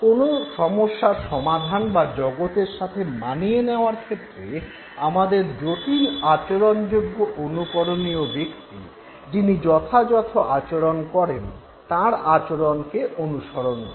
কোনো সমস্যার সমাধান বা জগতের সাথে মানিয়ে নেওয়ার ক্ষেত্রে আমাদের জটিল আচরণ যোগ্য অনুকরণীয় ব্যক্তি যিনি যথাযথ আচরণ করেন তাঁর আচরণকে অনুসরণ করে